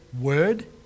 word